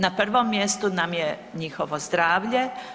Na prvom mjestu nam je njihovo zdravlje.